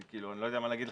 אני לא יודע מה להגיד לך.